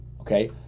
okay